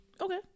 Okay